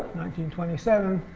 in twenty seven,